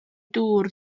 dŵr